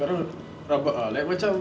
padahal rabak ah like macam